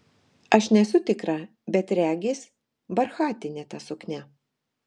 aš nesu tikra bet regis barchatinė ta suknia